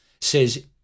says